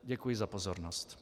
Děkuji za pozornost.